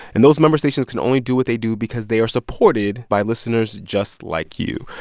and those member stations can only do what they do because they are supported by listeners just like you.